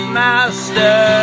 master